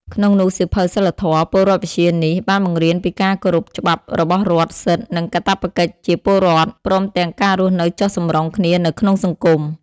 ក្នុងនោះសៀវភៅសីលធម៌-ពលរដ្ឋវិជ្ជានេះ បានបង្រៀនពីការគោរពច្បាប់របស់រដ្ឋ សិទ្ធិ និងកាតព្វកិច្ចជាពលរដ្ឋ ព្រមទាំងការរស់នៅចុះសម្រុងគ្នានៅក្នុងសង្គម។